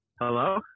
Hello